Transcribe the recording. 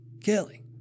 Kelly